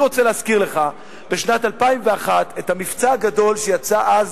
אני רוצה להזכיר לך את המבצע הגדול שיצא אז,